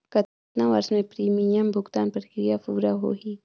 कतना वर्ष मे प्रीमियम भुगतान प्रक्रिया पूरा होही?